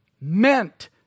meant